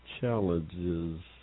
challenges